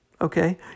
okay